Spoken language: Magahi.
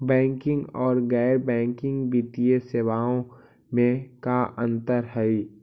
बैंकिंग और गैर बैंकिंग वित्तीय सेवाओं में का अंतर हइ?